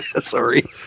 Sorry